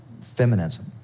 feminism